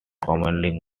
commonly